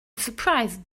surprised